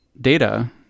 data